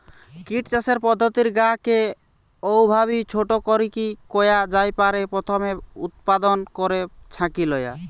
kit চাষের পদ্ধতির গা কে অউভাবি ছোট করিকি কয়া জাই পারে, প্রথমে উতপাদন, পরে ছাকি লয়া